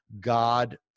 God